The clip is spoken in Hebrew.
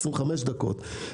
25 דקות.